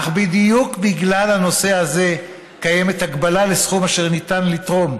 אך בדיוק בגלל הנושא הזה קיימת הגבלה לסכום אשר ניתן לתרום,